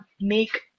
make